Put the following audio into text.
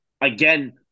again